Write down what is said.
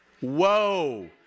Whoa